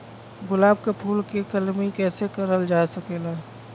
गुलाब क फूल के कलमी कैसे करल जा सकेला?